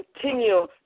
continue